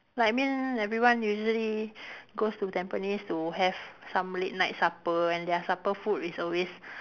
like I mean everyone usually goes to Tampines to have some late night supper and their supper food is always